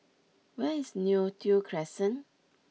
where is Neo Tiew Crescent